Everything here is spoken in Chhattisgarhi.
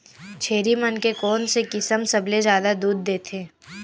छेरी मन के कोन से किसम सबले जादा दूध देथे?